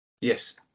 yes